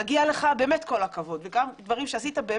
מגיע לך באמת כל הכבוד על דברים שעשית,